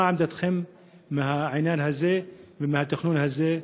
מה עמדתכם בעניין הזה ועל התכנון הזה,